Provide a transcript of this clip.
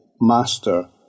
master